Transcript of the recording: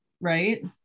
right